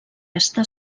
estar